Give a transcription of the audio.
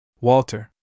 Walter